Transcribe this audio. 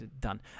done